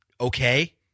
okay